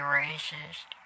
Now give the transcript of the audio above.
racist